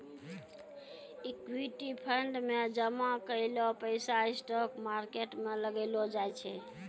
equity fund मे जामा कैलो पैसा स्टॉक मार्केट मे लगैलो जाय छै